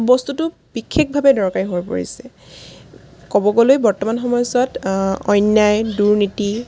বস্তুটো বিশেষভাৱে দৰকাৰী হৈ পৰিছে ক'ব গ'লে বৰ্তমান সময়চোৱাত অন্যায় দুৰ্নীতি